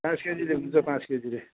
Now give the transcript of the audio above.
पाँच केजीले हुन्छ पाँच केजीले